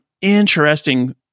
interesting